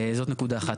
זאת נקודה אחת.